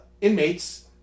inmates